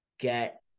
get